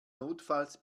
notfalls